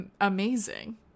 amazing